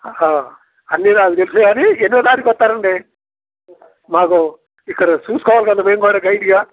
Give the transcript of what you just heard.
ఆహా అన్నీ నాకు తెలుసు కాని ఎన్నో తారీఖు వస్తారండి మాకు ఇక్కడ చూసుకోవాలి కదా మేము కూడా గైడ్గా